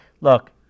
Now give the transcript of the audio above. look